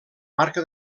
marca